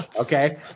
Okay